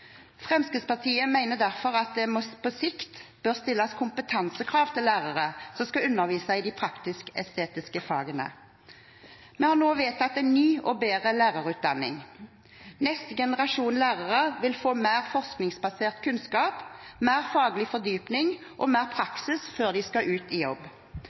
Fremskrittspartiet mener derfor at det på sikt bør stilles kompetansekrav til lærere som skal undervise i de praktisk-estetiske fagene. Vi har nå vedtatt en ny og bedre lærerutdanning. Neste generasjon lærere vil få mer forskningsbasert kunnskap, mer faglig fordypning og mer praksis før de skal ut i jobb.